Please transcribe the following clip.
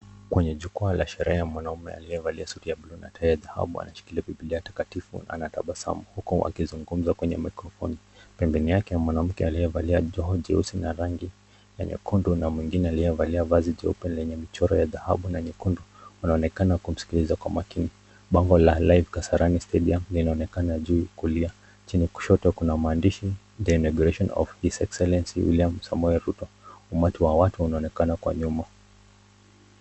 Kwenye jukwaa la sherehe mwanaume aliyevalia suti anashikilia biblia takatifu anatabasamu huku akizungumza kwenye maikrofoni . Pembeni yake mwanamke aliyevalia joho jeusi na rangi ya nyekundu na mwingine aliyevalia vazi jeupe lenye lenye michoro ya dhahabu na nyekundu wanaonekana kumsikiliza kwa makini. Bango ya live kasarani stadium inaonekna juu kulia. Chini kushoto kuna maandishi, The inaguration of his exellency William Samoei Ruto umati wa watu unaonekana kwa nyuma.